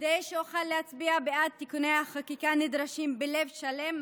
כדי שאוכל להצביע בעד תיקוני החקיקה הנדרשים בלב שלם,